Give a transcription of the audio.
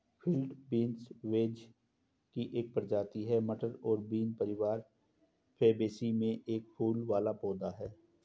field beans vetch की एक प्रजाति है, मटर और बीन परिवार फैबेसी में एक फूल वाला पौधा है